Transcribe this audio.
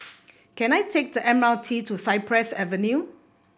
can I take the M R T to Cypress Avenue